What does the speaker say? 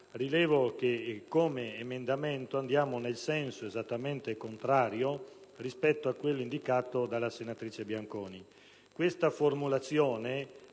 rilevo che con tale emendamento andiamo in un senso esattamente contrario rispetto a quanto indicato dalla senatrice Bianconi.